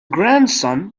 grandson